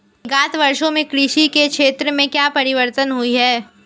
विगत वर्षों में कृषि के क्षेत्र में क्या परिवर्तन हुए हैं?